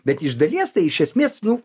bet iš dalies tai iš esmės nu